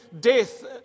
death